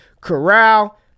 Corral